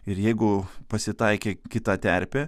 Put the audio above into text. ir jeigu pasitaikė kita terpė